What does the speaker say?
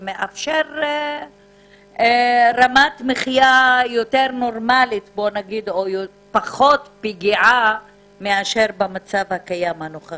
וזה מאפשר רמת מחיה יותר נורמלית או פחות פגיעה מאשר במצב הקיים הנוכחי.